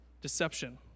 deception